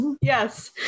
Yes